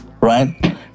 Right